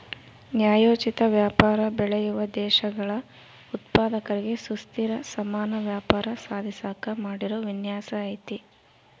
ನ್ಯಾಯೋಚಿತ ವ್ಯಾಪಾರ ಬೆಳೆಯುವ ದೇಶಗಳ ಉತ್ಪಾದಕರಿಗೆ ಸುಸ್ಥಿರ ಸಮಾನ ವ್ಯಾಪಾರ ಸಾಧಿಸಾಕ ಮಾಡಿರೋ ವಿನ್ಯಾಸ ಐತೆ